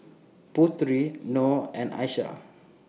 Putri Nor and Aishah